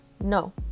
No